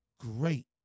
great